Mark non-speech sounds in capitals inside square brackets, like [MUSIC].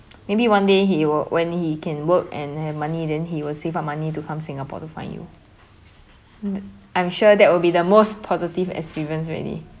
[NOISE] maybe one day he will when he can work and have money then he will save up money to come singapore to find you mm I'm sure that will be the most positive experience already